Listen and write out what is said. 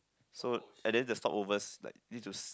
so and then the stopover like these is